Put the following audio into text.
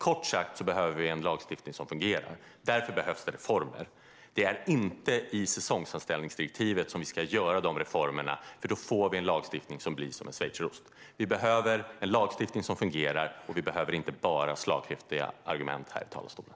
Kort sagt behöver vi en lagstiftning som fungerar. Därför behövs reformer. Det är inte i säsongsanställningsdirektivet som vi ska göra dessa reformer, för då får vi en lagstiftning som blir som en schweizerost. Vi behöver en lagstiftning som fungerar, inte slagkraftiga argument här i talarstolen.